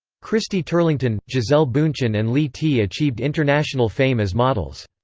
christy turlington, gisele bundchen and lea t achieved international fame as models.